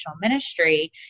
ministry